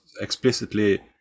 explicitly